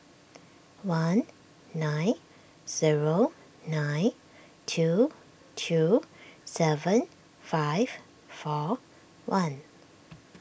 one nine zero nine two two seven five four one